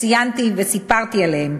שציינתי וסיפרתי עליהם,